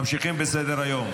ממשיכים בסדר-היום.